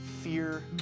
fear